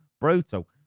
Brutal